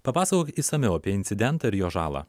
papasakok išsamiau apie incidentą ir jo žalą